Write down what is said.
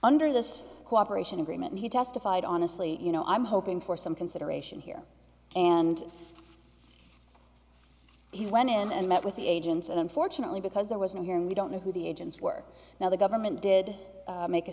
under this cooperation agreement he testified honestly you know i'm hoping for some consideration here and he went in and met with the agents and unfortunately because there was no hearing we don't know who the agents were now the government did make a